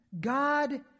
God